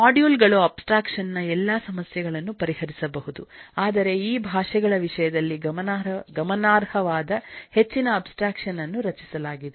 module ಗಳು abstraction ನ ಎಲ್ಲಾ ಸಮಸ್ಯೆಗಳನ್ನು ಪರಿಹರಿಸಬಹುದು ಆದರೆ ಈ ಭಾಷೆಗಳ ವಿಷಯದಲ್ಲಿ ಗಮನಾರ್ಹವಾದ ಹೆಚ್ಚಿನ ಅಬ್ಸ್ಟ್ರಾಕ್ಷನ್ ಅನ್ನು ರಚಿಸಲಾಗಿದೆ